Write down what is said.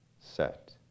set